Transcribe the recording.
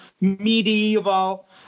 medieval